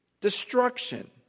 destruction